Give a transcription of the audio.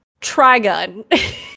Trigun